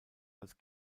als